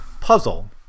puzzle